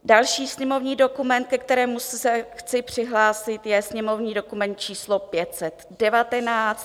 Další sněmovní dokument, ke kterému se chci přihlásit, je sněmovní dokument číslo 519.